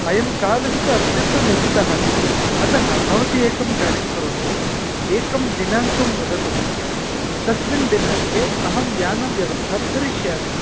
अयं कालश्च अत्यन्तम् उचितः अस्ति अतः भवती एकं कार्यं करोतु एकं दिनाङ्कं वदतु मह्यं तस्मिन् दिनाङ्के अहं यानव्यवस्थां करिष्यामि